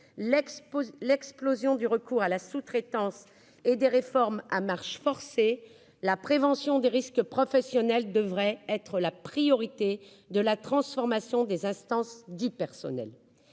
l'explosion du recours à la sous-traitance et des réformes à marche forcée ; dès lors, la prévention des risques professionnels devrait être la priorité de la transformation des instances de représentation